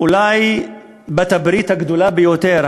אולי בעלת הברית הגדולה ביותר,